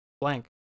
blank